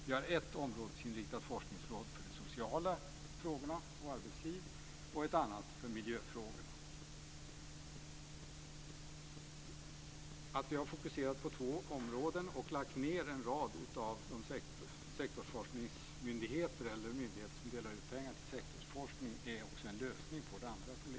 Vi har ett områdesinriktat forskningsråd för sociala frågor och arbetsliv samt ett annat för miljöfrågor. Att vi har fokuserat på två områden och lagt ned en rad av de myndigheter som delar ut pengar till sektorsforskning är också en lösning på de andra problemen.